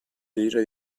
gira